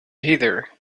heather